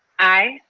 aye.